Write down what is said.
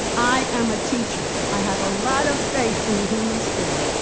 i am a teacher. i have a lot of faith in the human spirit.